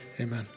amen